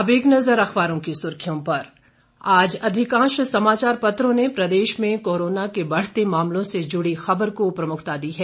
अब एक नजर अखबारों की सुर्खियों पर आज अधिकांश समाचार पत्रों ने प्रदेश में कोरोना के बढ़ते मामलों से जुड़ी ख़बर को प्रमुखता दी है